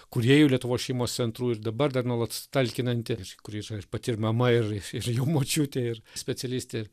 kūrėjų lietuvos šeimos centrų ir dabar dar nuolat talkinanti kuri yra ir pati mama ir ir jau močiutė ir specialistė